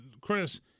chris